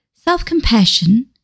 Self-compassion